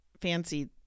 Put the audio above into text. fancy